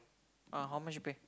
uh how much you pay